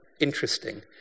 interesting